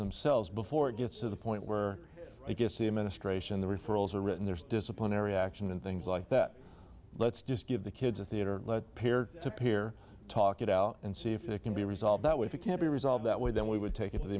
themselves before it gets to the point where i guess the administration the referrals are written there's disciplinary action and things like that let's just give the kids a theater peer to peer talk it out and see if it can be resolved that way if it can be resolved that way then we would take it to the